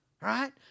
right